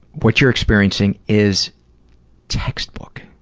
what you're experiencing is textbook,